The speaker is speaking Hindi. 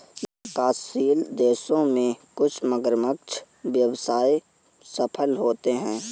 विकासशील देशों में कुछ मगरमच्छ व्यवसाय सफल होते हैं